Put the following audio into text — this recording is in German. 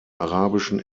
arabischen